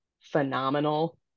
phenomenal